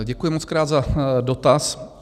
Děkuji mockrát za dotaz.